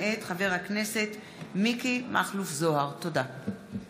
מאת חברי הכנסת יעקב אשר,